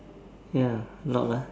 ya not lah